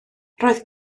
roedd